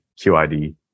QID